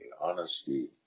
honesty